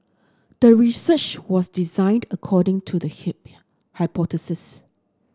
the research was designed according to the hypothesis